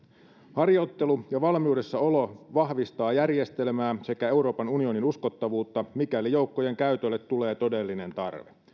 harjoittelu ja valmiudessa olo vahvistaa järjestelmää sekä euroopan unionin uskottavuutta mikäli joukkojen käytölle tulee todellinen tarve